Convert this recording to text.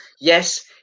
Yes